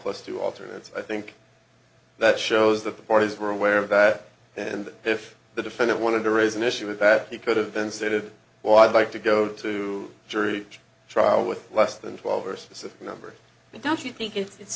plus two alternates i think that shows that the parties were aware of that and if the defendant wanted to raise an issue with that he could have been stated well i'd like to go to jury trial with less than twelve years as the number but don't you think it's